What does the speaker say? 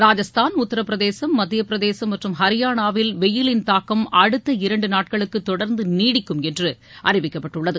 ராஜஸ்தான் உத்தரபிரதேசம் மத்தியப் பிரதேசம் மற்றும் ஹரியானாவில் வெயிலின் தாக்கம் அடுத்த இரண்டு நாட்களுக்கு தொடர்ந்து நீடிக்கும் என்று அறிவிக்கப்பட்டுள்ளது